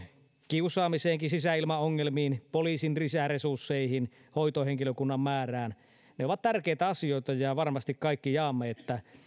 kiusaamiseenkin sisäilmaongelmiin poliisin lisäresursseihin ja hoitohenkilökunnan määrään ne ovat tärkeitä asioita ja varmasti kaikki jaamme käsityksen että niissä